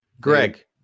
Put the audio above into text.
Greg